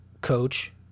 coach